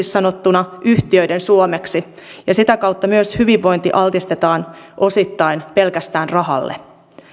sanottuna yhtiöiden suomeksi ja sitä kautta myös hyvinvointi altistetaan osittain pelkästään rahalle